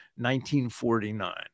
1949